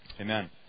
Amen